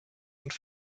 und